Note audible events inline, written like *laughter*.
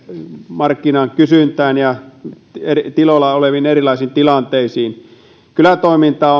markkinan kysyntään ja tiloilla oleviin erilaisiin tilanteisiin kylätoiminnan *unintelligible*